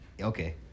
Okay